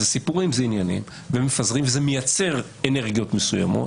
זה מייצר אנרגיות מסוימות